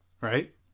Right